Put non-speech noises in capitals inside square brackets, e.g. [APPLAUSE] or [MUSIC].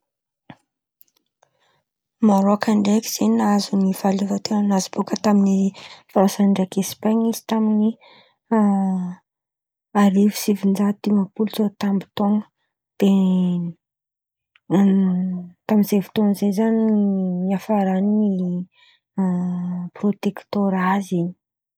Marôk ndraiky zen̈y nahazo ny fahaleovanten̈a-nazy bôkà tamin'ny Fransy ndraiky Espan̈y izy tamin'ny [HESITATION] arivo sivinjato dimampolo tsôta amby taon̈o dia [HESITATION] tamin'izay fotoana izay izany ny hiafarany [HESITATION] protektôrà zen̈y.